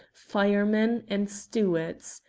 firemen and stewards.